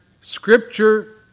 scripture